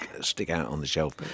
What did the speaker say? stick-out-on-the-shelf